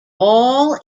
all